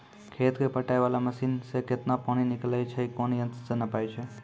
खेत कऽ पटाय वाला मसीन से केतना पानी निकलैय छै कोन यंत्र से नपाय छै